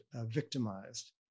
victimized